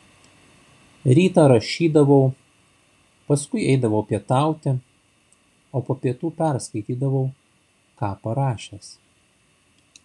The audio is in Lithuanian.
rytą rašydavau paskui eidavau pietauti o po pietų perskaitydavau ką parašęs